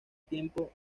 tiempo